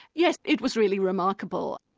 yes, it was really remarkable.